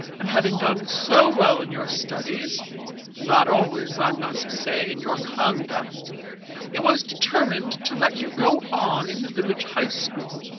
and having done so well in your studies not always, i must say, in your conduct it was determined to let you go on in the village high school.